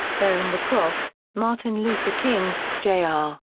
bearing the cross martin luther king, jr, ah